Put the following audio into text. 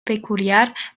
peculiar